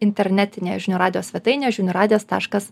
internetinėje žinių radijo svetainėje žinių radijo taškas